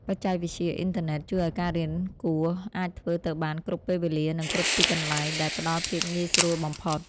បច្ចេកវិទ្យាអ៊ីនធឺណិតជួយឱ្យការរៀនគួរអាចធ្វើទៅបានគ្រប់ពេលវេលានិងគ្រប់ទីកន្លែងដែលផ្តល់ភាពងាយស្រួលបំផុត។